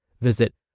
Visit